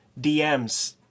DMs